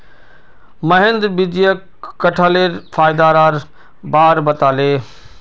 महेंद्र विजयक कठहलेर फायदार बार बताले